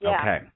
Okay